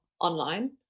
online